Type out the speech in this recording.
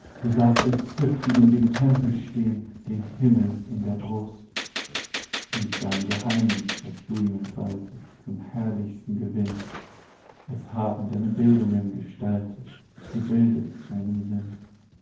du sahst entzückt ihn in dem tempel stehen den himmel in der brust und dein geheimniß hast du ihm entfaltet zum herrlichsten gewinn es haben deine bildungen gestaltet gebildet seinen sinn